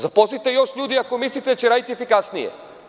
Zaposlite još ljudi ako mislite da će raditi efikasnije.